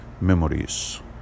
memories